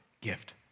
gift